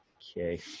Okay